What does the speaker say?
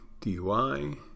DUI